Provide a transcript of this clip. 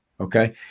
okay